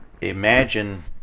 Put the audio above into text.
Imagine